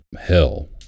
hell